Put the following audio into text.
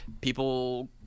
people